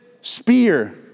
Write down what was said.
spear